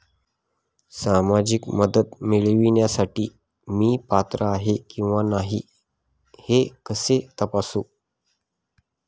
सामाजिक मदत मिळविण्यासाठी मी पात्र आहे किंवा नाही हे कसे तपासू?